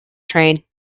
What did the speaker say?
train